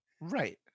Right